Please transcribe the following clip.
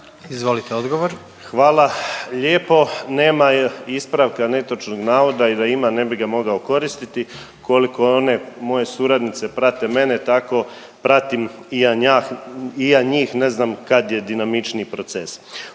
Marin (HDZ)** Hvala lijepo. Nema ispravka netočnog navoda i da ima ne bi ga mogao koristiti koliko one moje suradnice prate mene tako pratim i ja njih, ne znam kad je dinamičniji proces.